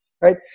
right